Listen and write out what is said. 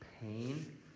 pain